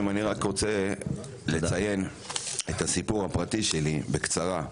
אני רק רוצה לציין את הסיפור הפרטי שלי בקצרה.